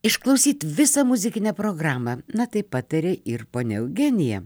išklausyt visą muzikinę programą na taip patarė ir ponia eugenija